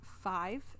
five